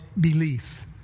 belief